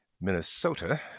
minnesota